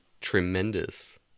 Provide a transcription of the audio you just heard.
Tremendous